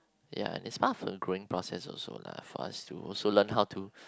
ya is part of the growing process also lah for us to also learn how to